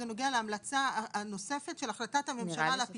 וזה נוגע להמלצה הנוספת של החלטת הממשלה על הפיצוי.